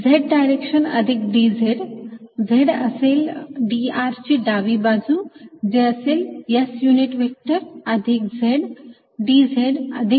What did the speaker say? Z direction अधिक dz Z असेल dr ची डावी बाजू जे असेल S युनिट व्हेक्टर अधिक Z dz अधिक dl